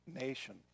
nation